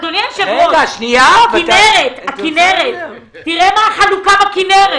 אדוני היושב ראש, תראה מה החלוקה בכינרת.